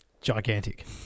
Gigantic